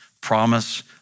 promise